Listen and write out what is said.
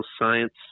science